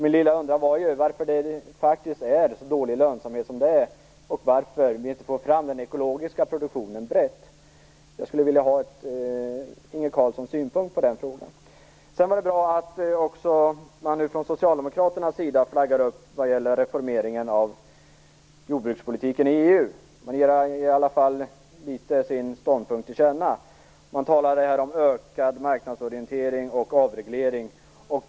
Min lilla undran var varför det är så dålig lönsamhet som det är, och varför vi inte får fram den ekologiska produktionen brett. Jag skulle vilja ha Det är bra att man även från Socialdemokraternas sida flaggar upp vad gäller reformeringen av jordbrukspolitiken i EU. Man ger i alla fall sin ståndpunkt till känna och talar om ökad marknadsorientering och avreglering.